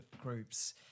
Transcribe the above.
groups